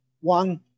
one